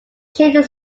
changed